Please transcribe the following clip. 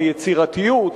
היצירתיות,